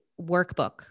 workbook